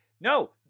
no